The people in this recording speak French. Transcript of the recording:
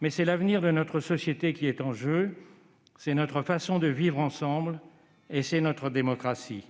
Mais c'est l'avenir de notre société qui est en jeu, notre façon de vivre ensemble, notre démocratie.